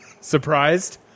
Surprised